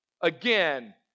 again